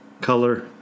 color